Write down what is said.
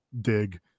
dig